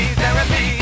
therapy